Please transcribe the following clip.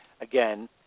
again